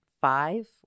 five